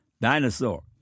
Dinosaur